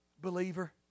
Believer